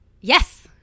yes